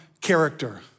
character